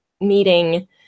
meeting